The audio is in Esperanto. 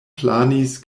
planis